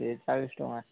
ଏଇ ଚାଳିଶ ଟଙ୍କା